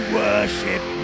worship